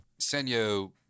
Senyo